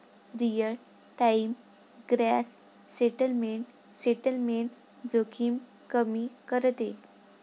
real time gross settlement settlement जोखीम कमी करते